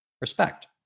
respect